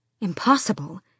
Impossible